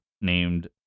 named